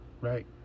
Right